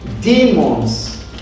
demons